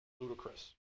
Ludicrous